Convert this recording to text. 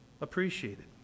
appreciated